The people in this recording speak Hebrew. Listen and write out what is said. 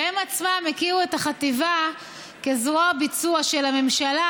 והם עצמם הקימו את החטיבה כזרוע ביצוע של הממשלה,